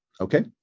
Okay